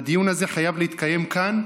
והדיון הזה חייב להתקיים כאן,